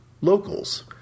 locals